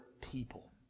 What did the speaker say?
people